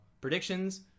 Predictions